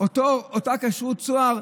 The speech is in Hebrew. שאותה כשרות צהר,